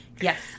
Yes